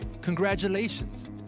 congratulations